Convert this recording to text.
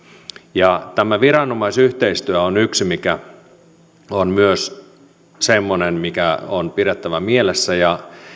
ja tämä viranomaisyhteistyö on myös yksi semmoinen mikä on pidettävä mielessä ja